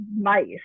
mice